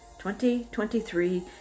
2023